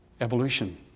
Evolution